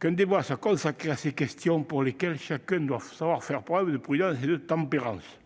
qu'un débat soit consacré à ces questions, pour lesquelles chacun doit savoir faire preuve de prudence et de tempérance.